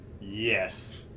Yes